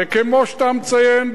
וכמו שאתה מציין,